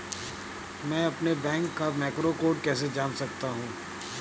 मैं अपने बैंक का मैक्रो कोड कैसे जान सकता हूँ?